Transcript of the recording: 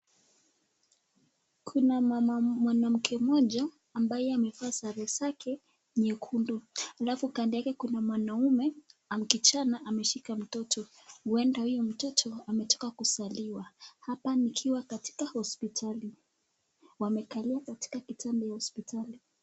Kuna mwanamke mmoja mabye amevaa sare zake nyekundu, alafu kando yake kuna mwanaume au kijana ameshika mtoto. Huenda huyu mtoto ametoka kuzaliwa, hapa nikiwa hospitali, wamekalia katika kutanda ya hospitali.